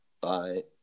Bye